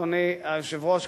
אדוני היושב-ראש,